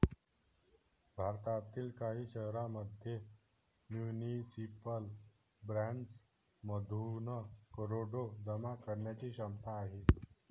भारतातील काही शहरांमध्ये म्युनिसिपल बॉण्ड्समधून करोडो जमा करण्याची क्षमता आहे